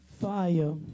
Fire